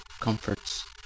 comforts